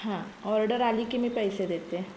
हां ऑर्डर आली की मी पैसे देते